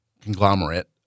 conglomerate